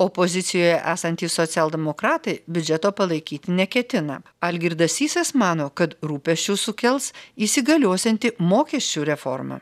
opozicijoje esantys socialdemokratai biudžeto palaikyti neketina algirdas sysas mano kad rūpesčių sukels įsigaliosianti mokesčių reforma